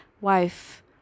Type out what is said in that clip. wife